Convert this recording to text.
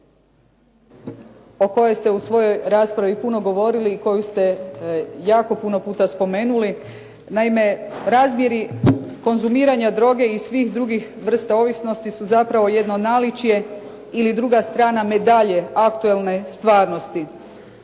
o kojoj ste u svojoj raspravi puno govorili i koju ste jako puno puta spomenuli. Naime, razmjeri konzumiranja droge i svih drugih vrsta ovisnosti su zapravo jedno naličje ili druga strana medalje aktualne stvarnosti.